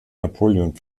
napoleon